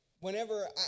whenever